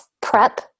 prep